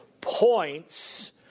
points